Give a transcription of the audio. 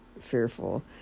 fearful